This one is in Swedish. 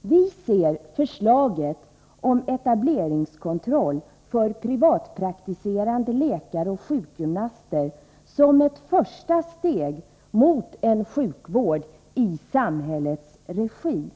Vi ser förslaget om etableringskontroll för privatpraktiserande läkare och sjukgymnaster såsom ett första steg mot en sjukvård i samhällets regi.